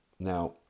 Now